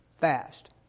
fast